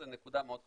זו נקודה מאוד חשובה,